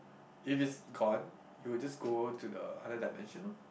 if is cone you will just go to the higher dimension lor